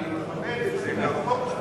אני מכבד את זה, והחוק מכבד,